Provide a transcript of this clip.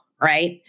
right